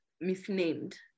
misnamed